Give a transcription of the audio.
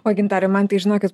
o gintare man tai žinokit